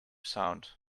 sound